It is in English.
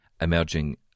emerging